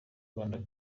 rwanda